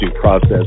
process